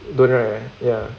don't have right ya